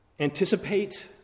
Anticipate